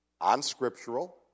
unscriptural